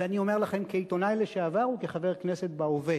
ואני אומר לכם כעיתונאי לשעבר וכחבר כנסת בהווה: